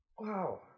Wow